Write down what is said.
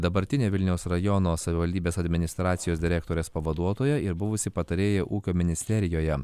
dabartinė vilniaus rajono savivaldybės administracijos direktorės pavaduotoja ir buvusi patarėja ūkio ministerijoje